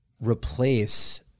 replace